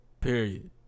Period